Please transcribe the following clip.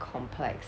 complex